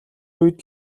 үед